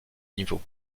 niveaux